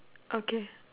okay